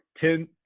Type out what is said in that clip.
Ten